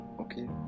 okay